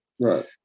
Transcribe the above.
Right